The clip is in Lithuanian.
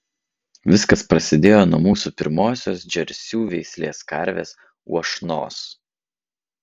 viskas prasidėjo nuo mūsų pirmosios džersių veislės karvės uošnos